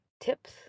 tips